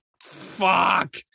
Fuck